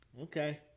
Okay